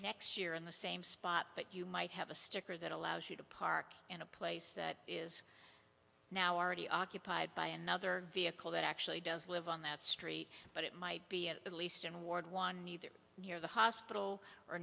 next year in the same spot but you might have a sticker that allows you to park in a place that is now already occupied by another vehicle that actually does live on that street but it might be at least an award one neither near the hospital or